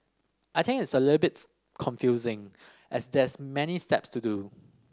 I think it's a little bit confusing as there's many steps to do